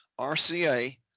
RCA